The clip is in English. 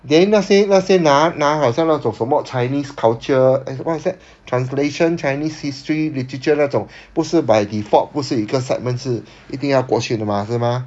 then 那些那些拿拿好像那种什么 chinese culture eh what's that translation chinese history literature 那种不是 by default 不是有一个 segment 是一定要过去的吗是吗